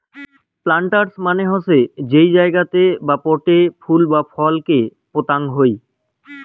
planters মানে হসে যেই জাগাতে বা পোটে ফুল বা ফল কে পোতাং হই